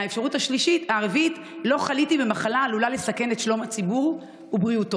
והאפשרות הרביעית: לא חליתי במחלה העלולה לסכן את שלום הציבור ובריאותו.